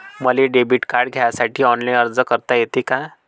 मले debit card घ्यासाठी online अर्ज करता येते का?